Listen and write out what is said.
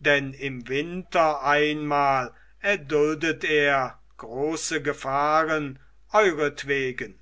denn im winter einmal erduldet er große gefahren euretwegen